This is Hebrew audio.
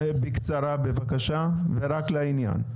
בקצרה בבקשה, ורק לעניין.